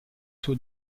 suo